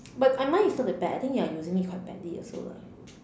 but I mine is not that bad I think you're using it quite badly also lah